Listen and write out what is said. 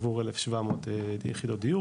עבור 1,700 יחידות דיור,